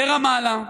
ברמאללה.